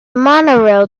monorail